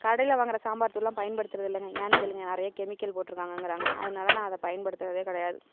கடையில் வாங்கிற சாம்பார் தூளெலாம் பயன்படுத்துறதில்லைங்க ஏன்னெனு கேளுங்க நிறையா கெமிக்கல் போட்டுருக்காங்ககிறாங்க அதனால் நான் அதை பயன்படுத்துறதே கிடையாது